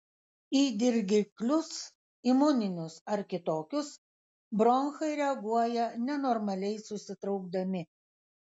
į dirgiklius imuninius ar kitokius bronchai reaguoja nenormaliai susitraukdami